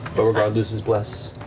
beauregard loses bless.